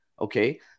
Okay